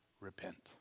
repent